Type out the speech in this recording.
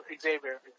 Xavier